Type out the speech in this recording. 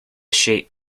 shape